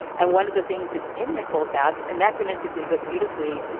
and one of the things that's in the cold best anachronistically, but beautifully,